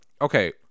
okay